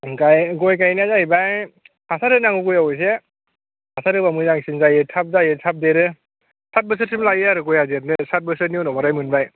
गय गायनाया जाहैबाय हासार होनांगौ गयाव एसे हासार होबा मोजांसिन जायो थाब जायो थाब देरो सात बोसोरसो जायो आरो गया देरनो सात बोसोरनि उनावबाथाय मोनबाय